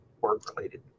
work-related